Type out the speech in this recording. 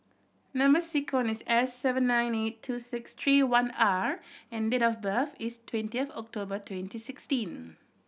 number sequence is S seven nine eight two six three one R and date of birth is twenty of October twenty sixteen